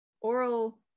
oral